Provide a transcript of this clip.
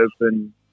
open